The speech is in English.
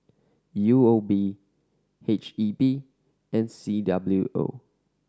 U O B H E B and C W O